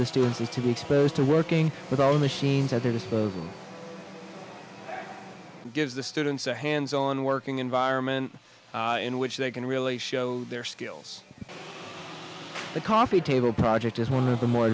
the students is to be exposed to working with only scenes at their disposal gives the students a hands on working environment in which they can really show their skills the coffee table project is one of the more